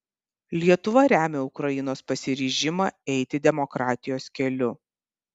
lietuva remia ukrainos pasiryžimą eiti demokratijos keliu